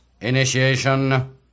initiation